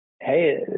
Hey